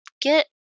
get